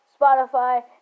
Spotify